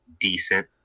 decent